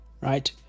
right